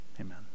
amen